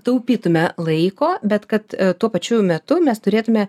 taupytume laiko bet kad tuo pačiu metu mes turėtume